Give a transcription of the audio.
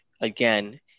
again